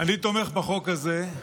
אני תומך בחוק הזה.